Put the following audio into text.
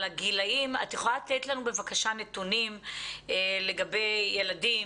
נתונים לגבי ילדים,